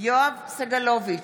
יואב סגלוביץ'